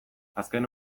azken